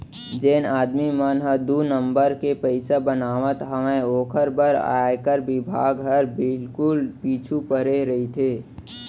जेन आदमी मन ह दू नंबर के पइसा बनात हावय ओकर बर आयकर बिभाग हर बिल्कुल पीछू परे रइथे